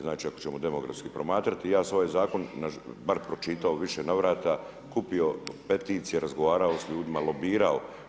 Znači ako ćemo demografski promatrati ja svoj zakon bar pročitao u više navrata, kupio peticije, razgovarao s ljudima, lobirao.